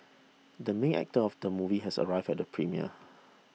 the main actor of the movie has arrived at the premiere